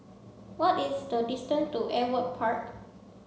what is the distance to Ewart Park